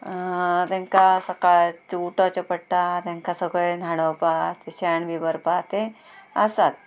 तेंकां सकाळचें उठोवचें पडटा तेंकां सगळें न्हाणवपाक शेण बी भरपाक तें आसात